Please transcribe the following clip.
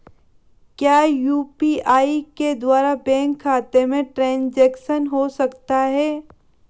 क्या यू.पी.आई के द्वारा बैंक खाते में ट्रैन्ज़ैक्शन हो सकता है?